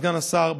סגן השר,